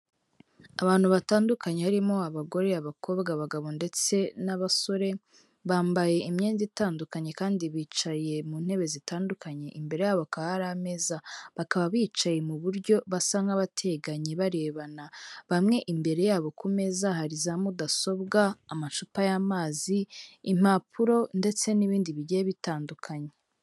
Abantu batandukanye harimo abagore, abakobwa, abagabo ndetse n'abasore bambaye imyenda itandukanye kandi bicaye mu ntebe zitandukanye imbere yabo hakaba hari ameza bakaba bicaye mu buryo basa nk'abateganye barebana bamwe imbere yabo ku meza hari za mudasobwa amacupa y'amazi impapuro ndetse n'ibindi bigiye bitandukanye.